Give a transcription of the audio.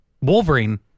Wolverine